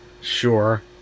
Sure